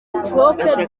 stroke